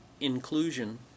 inclusion